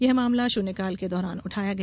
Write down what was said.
यह मामला शुन्यकाल के दौरान उठाया गया